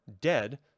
dead